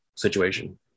situation